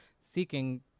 seeking